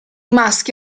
maschi